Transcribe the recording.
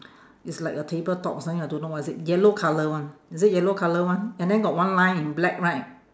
it's like a table top something I don't know what is it yellow colour one is it yellow colour one and then got one line in black right